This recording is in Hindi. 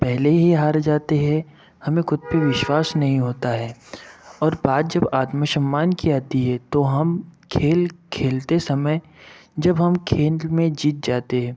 पहले ही हार जाते हैं हमें खुद पर विश्वास नहीं होता है और बात जब आत्मसम्मान की आती है तो हम खेल खेलते समय जब हम खेल में जीत जाते हैं